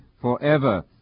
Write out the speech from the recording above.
forever